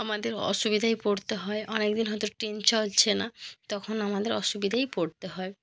আমাদের অসুবিধেয় পড়তে হয় অনেকদিন হয়তো ট্রেন চলছে না তখন আমাদের অসুবিধায় পড়তে হয়